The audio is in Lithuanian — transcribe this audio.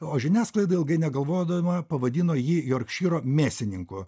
o žiniasklaida ilgai negalvodama pavadino jį jorkšyro mėsininku